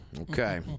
Okay